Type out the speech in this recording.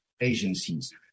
agencies